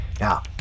Now